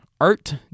Art